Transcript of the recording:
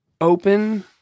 open